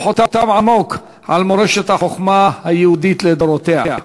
חותם עמוק על מורשת החוכמה היהודית לדורותיה.